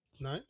No